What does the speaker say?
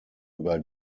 über